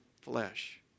flesh